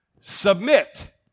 Submit